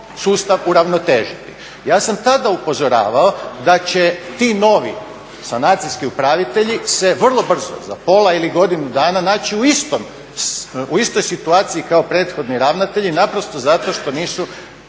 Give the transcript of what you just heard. uravnotežiti. Ja sam tada upozoravao da će ti novi sanacijski upravitelji se vrlo brzo za pola ili godinu dana naći u istoj situaciji kao prethodni ravnatelji naprosto zato što nisu